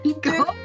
Go